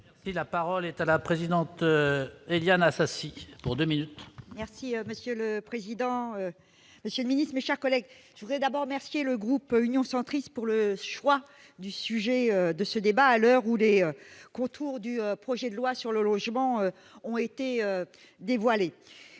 La parole est à la présidente, et il y a un assassinat pour 2 minutes. Merci monsieur le président, monsieur Ministre, mes chers collègues, je voudrais d'abord remercier le groupe Union centriste pour le choix du sujet de ce débat à l'heure où les contours du projet de loi sur le logement ont été dévoilés